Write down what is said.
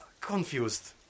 Confused